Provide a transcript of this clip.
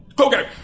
Okay